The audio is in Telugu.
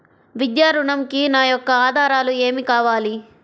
విద్యా ఋణంకి నా యొక్క ఆధారాలు ఏమి కావాలి?